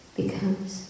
becomes